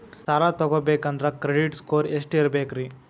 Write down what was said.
ಸಾಲ ತಗೋಬೇಕಂದ್ರ credit score ಎಷ್ಟ ಇರಬೇಕ್ರಿ?